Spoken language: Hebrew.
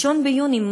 1 ביוני,